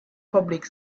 public